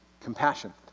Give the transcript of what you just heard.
compassion